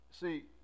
See